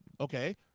Okay